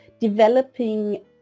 developing